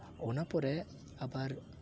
ᱚᱱᱟ ᱯᱚᱨᱮ ᱟᱵᱟᱨ